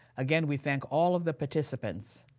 again, we thank all of the participants.